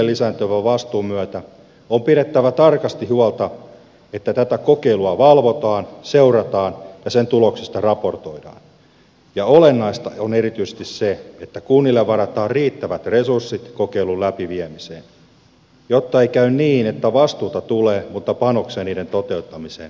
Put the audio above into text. kuntien lisääntyvän vastuun myötä on pidettävä tarkasti huolta että tätä kokeilua valvotaan seurataan ja sen tuloksista raportoidaan ja olennaista on erityisesti se että kunnille varataan riittävät resurssit kokeilun läpiviemiseen jotta ei käy niin että vastuuta tulee mutta panoksia sen toteuttamiseen ei ole